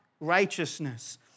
righteousness